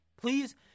Please